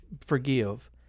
forgive